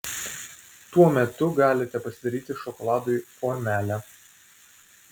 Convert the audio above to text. tuo metu galite pasidaryti šokoladui formelę